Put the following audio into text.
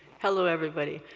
hello, everybody.